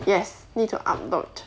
yes need to upload